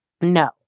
No